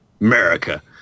America